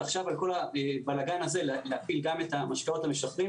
ועכשיו על כל הבלגאן הזה להפיל גם את המשקאות המשכרים,